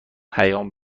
پیام